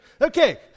Okay